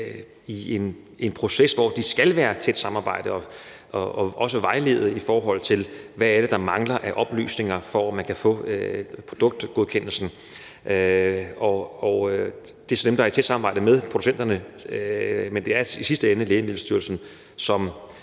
i en proces, hvor der skal være et tæt samarbejde – også vejleder om, hvad der mangler af oplysninger, for at man kan få produktgodkendelsen. Det sker i tæt samarbejde med producenterne, men det er i sidste ende Lægemiddelstyrelsen, som